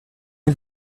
île